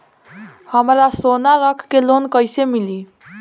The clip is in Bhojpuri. हमरा सोना रख के लोन कईसे मिली?